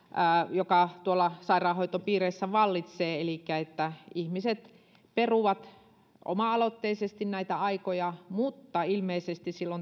joka tuolla sairaanhoitopiireissä vallitsee elikkä ihmiset peruvat oma aloitteisesti näitä aikoja mutta ilmeisesti